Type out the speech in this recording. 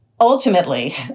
ultimately